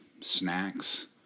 snacks